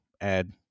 add